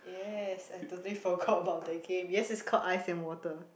yes I totally forgot about that game yes it's called ice and water